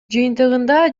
жыйынтыгында